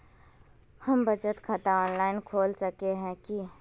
हम बचत खाता ऑनलाइन खोल सके है की?